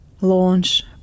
launch